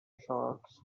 shots